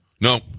No